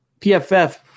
PFF